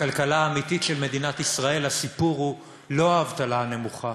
בכלכלה האמיתית של מדינת ישראל הסיפור הוא לא האבטלה הנמוכה.